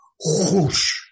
whoosh